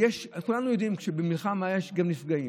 כולנו יודעים שבמלחמה יש גם נפגעים.